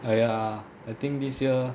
!aiya! I think this year